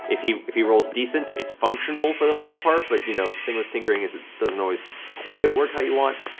if he if he rolls decent, it's functional, for the most part, but the you know thing with tinkering is it doesn't always quite work how you want.